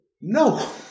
No